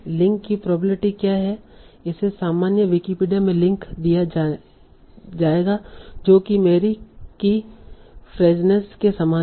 link की probability क्या है इसे सामान्य विकिपीडिया में लिंक दिया जाएगा जो कि मेरी कीफ्रेजनेस के समान है